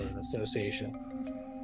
Association